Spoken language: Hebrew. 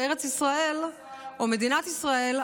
שארץ ישראל או מדינת ישראל,